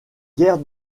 guerres